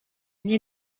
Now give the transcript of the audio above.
née